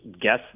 guess